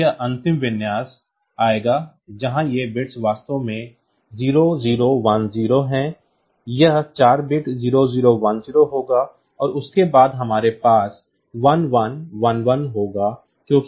तो यह अंतिम विन्यास आएगा जहां ये बिट्स वास्तव में 0010 हैं यह 4 बिट 0010 होगा और उसके बाद हमारे पास 1111 होगा क्योंकि यह R7 है